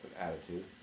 attitude